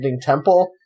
temple